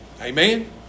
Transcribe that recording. Amen